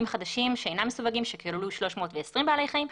חדשים שאינם מסווגים שכללו 320 בעלי חיים.